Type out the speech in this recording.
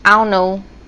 I don't know